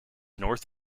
north